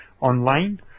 online